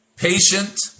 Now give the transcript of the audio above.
Patient